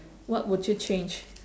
what would you change